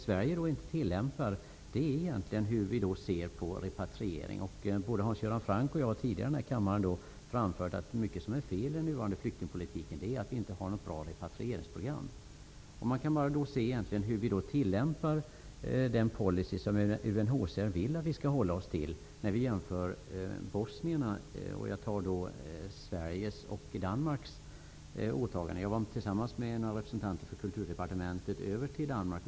Sverige tillämpar inte UNHCR:s syn på repatriering. Både Hans Göran Franck och jag har tidigare här i kammaren framfört att ett stort fel i flyktingpolitiken är att vi inte har något bra repatrieringsprogram. Man kan se hur den policy som UNHCR rekommenderar tillämpas när det gäller bosnier. Jag tar då Sveriges och Danmarks åtaganden som exempel. Jag och några representanter för Kulturdepartementet besökte Danmark.